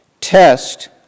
Test